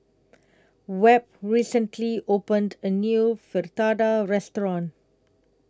Webb recently opened A New Fritada Restaurant